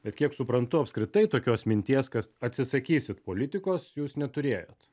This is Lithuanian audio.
bet kiek suprantu apskritai tokios minties kas atsisakysit politikos jūs neturėjot